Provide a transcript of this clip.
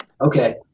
okay